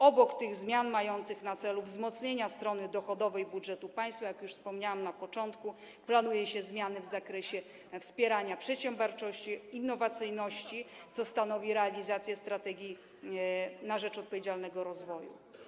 Obok tych zmian mających na celu wzmocnienie strony dochodowej budżetu państwa, jak już wspomniałam na początku, planuje się zmiany w zakresie wspierania przedsiębiorczości, innowacyjności, co stanowi realizację „Strategii na rzecz odpowiedzialnego rozwoju”